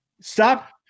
Stop